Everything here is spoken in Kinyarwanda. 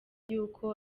yuko